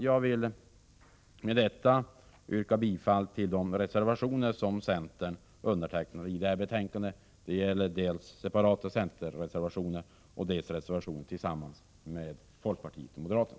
Jag vill med detta yrka bifall till de reservationer till detta betänkande som centern har undertecknat. Det är dels separata centerreservationer, dels reservationer som centern har undertecknat tillsammans med folkpartiet och moderaterna.